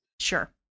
Sure